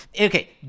Okay